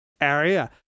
area